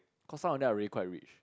cause some of them are really quite rich